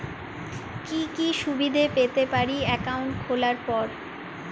কি কি সুবিধে পেতে পারি একাউন্ট খোলার পর?